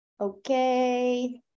Okay